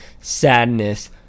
sadness